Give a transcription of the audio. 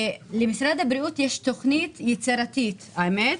למשרד הבריאות יש תוכנית יצירתית, האמת,